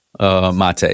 Mate